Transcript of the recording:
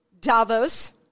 Davos